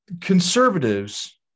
conservatives